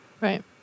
Right